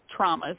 traumas